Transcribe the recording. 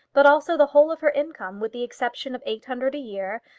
but also the whole of her income with the exception of eight hundred a year,